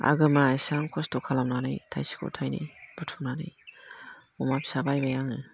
आगोमा इसेबां खस्थ' खालामनानै थाइसेखौ थाइनै बुथुमनानै अमा फिसा बायबाय आङो